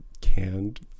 canned